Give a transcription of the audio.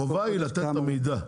החובה היא לתת את המידע.